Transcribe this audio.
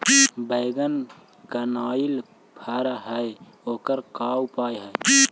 बैगन कनाइल फर है ओकर का उपाय है?